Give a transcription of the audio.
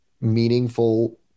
meaningful